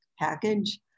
package